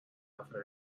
نفر